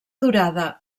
durada